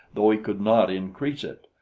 though he could not increase it.